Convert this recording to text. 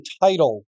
title